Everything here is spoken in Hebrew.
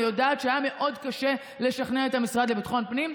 אני יודעת שהיה מאוד קשה לשכנע את המשרד לביטחון פנים.